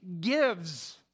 gives